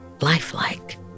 lifelike